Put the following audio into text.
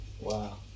Wow